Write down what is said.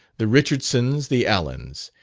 the richardsons, the allens,